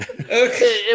Okay